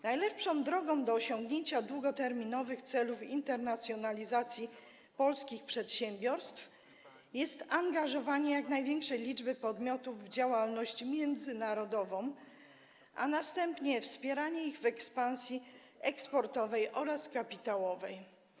Najlepszą drogą do osiągnięcia długoterminowych celów internacjonalizacji polskich przedsiębiorstw jest angażowanie jak największej liczby podmiotów w działalność międzynarodową, a następnie wspieranie ich w ekspansji eksportowej oraz kapitałowej.